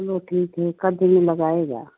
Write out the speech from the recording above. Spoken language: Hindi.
चलो ठीक है कब दिन में लगाएगा